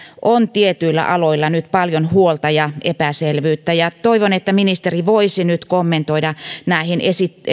on tietyillä aloilla nyt paljon huolta ja epäselvyyttä toivon että ministeri voisi nyt kommentoida liittyen näihin